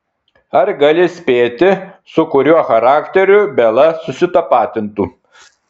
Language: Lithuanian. ar gali spėti su kuriuo charakteriu bela susitapatintų